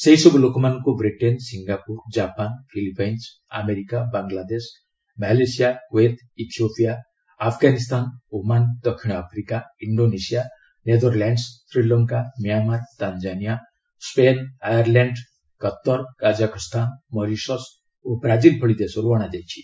ସେହିସବୁ ଲୋକମାନଙ୍କୁ Britain Singapore Japan Philippines America Bangladesh Malaysia Kuwait Ethiopia Afghanistan Oman ଦକ୍ଷିଣ Africa Indonesia Netherlands Sri Lanka Myanmar Tanzania ସ୍କେନ୍ Ireland Qatar Kazakhstan Mauritius ଓ Brazil ଭଳି ଦେଶରୁ ଅଣାଯାଇଛି